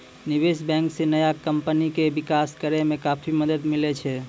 निबेश बेंक से नया कमपनी के बिकास करेय मे काफी मदद मिले छै